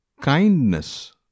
Kindness